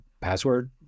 password